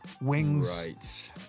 wings